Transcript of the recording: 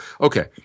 okay